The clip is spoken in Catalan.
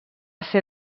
ser